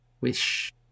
Wish